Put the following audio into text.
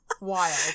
Wild